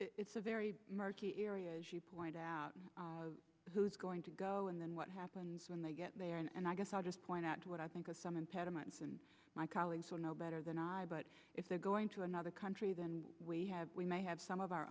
it's a very murky area as you point out who's going to go and then what happens when they get there and i guess i'll just point out what i think are some impediments and my colleagues will know better than i but if they're going to another country then we have we may have some of our